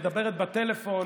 מדברת בטלפון,